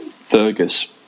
Fergus